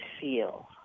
feel